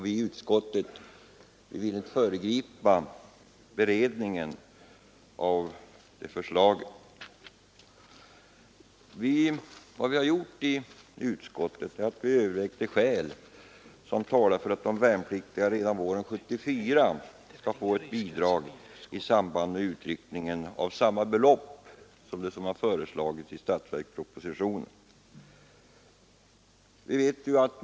Vi har inom utskottet övervägt de skäl som talar för att de värnpliktiga redan i samband med utryckningen våren 1974 skall få ett bidrag av samma storlek som föreslagits i statsverkspropositionen för kommande budgetår.